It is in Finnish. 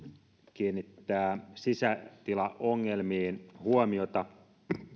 kiinnittää sisätilaongelmiin huomiota